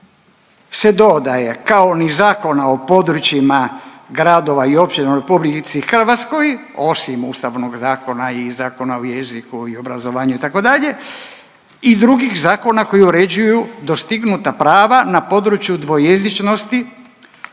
se dodaje: „kao ni Zakona o područjima gradova i općina u Republici Hrvatskoj osim Ustavnog zakona i Zakona o jeziku i obrazovanju itd.“ i drugih zakona koji uređuju dostignuta prava na području dvojezičnosti